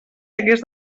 hagués